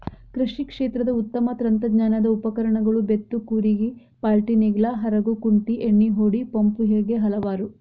ಕೃಷಿ ಕ್ಷೇತ್ರದ ಉತ್ತಮ ತಂತ್ರಜ್ಞಾನದ ಉಪಕರಣಗಳು ಬೇತ್ತು ಕೂರಿಗೆ ಪಾಲ್ಟಿನೇಗ್ಲಾ ಹರಗು ಕುಂಟಿ ಎಣ್ಣಿಹೊಡಿ ಪಂಪು ಹೇಗೆ ಹಲವಾರು